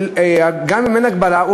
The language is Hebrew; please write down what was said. גם אם אין הגבלה,